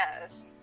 Yes